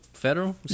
federal